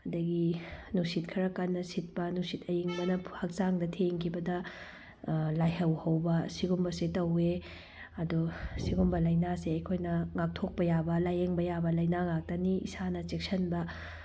ꯑꯗꯨꯗꯒꯤ ꯅꯨꯡꯁꯤꯠ ꯈꯔ ꯀꯟꯅ ꯁꯤꯠꯄ ꯅꯨꯡꯁꯤꯠ ꯑꯏꯪꯡꯕ ꯍꯛꯆꯥꯡꯗ ꯊꯦꯡꯈꯤꯕꯗ ꯂꯥꯏꯍꯧ ꯍꯧꯕ ꯑꯁꯤꯒꯨꯝꯕꯁꯤ ꯇꯧꯏ ꯑꯗꯣ ꯑꯁꯤꯒꯨꯝꯕ ꯂꯩꯅꯥꯁꯦ ꯑꯩꯈꯣꯏꯅ ꯉꯥꯛꯊꯣꯛꯄ ꯌꯥꯕ ꯂꯥꯏꯌꯦꯡꯕ ꯌꯥꯕ ꯂꯩꯅꯥ ꯉꯥꯛꯇꯅꯤ ꯏꯁꯪ ꯆꯦꯛꯁꯤꯟꯕ